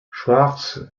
schwarz